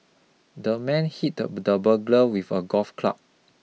the man hit the the burglar with a golf club